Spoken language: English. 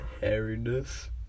Hairiness